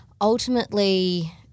ultimately